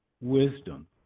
wisdom